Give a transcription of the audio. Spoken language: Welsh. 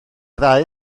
ddau